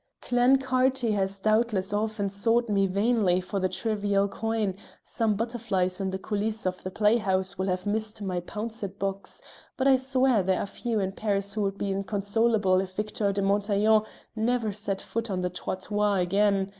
clancarty has doubtless often sought me vainly for the trivial coin some butterflies in the coulisse of the playhouse will have missed my pouncet-box but i swear there are few in paris who would be inconsolable if victor de montaiglon never set foot on the trottoir again.